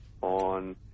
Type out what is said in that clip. on